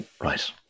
Right